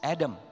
Adam